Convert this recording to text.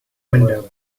window